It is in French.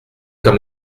comme